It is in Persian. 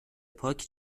پاک